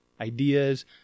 ideas